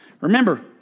Remember